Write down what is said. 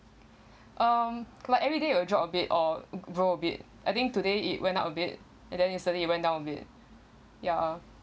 um like every day you will drop a bit or grow a bit I think today it went up a bit and then yesterday you went down a bit ya